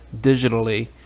digitally